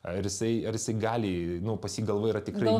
ar jisai ar jisai gali nu pas jį galva yra tikrai